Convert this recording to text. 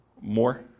More